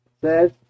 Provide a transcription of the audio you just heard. says